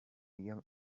young